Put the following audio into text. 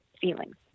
feelings